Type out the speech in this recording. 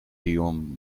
tiom